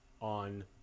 on